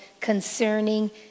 concerning